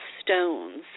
stones